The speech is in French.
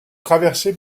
traversée